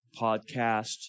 podcast